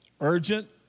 urgent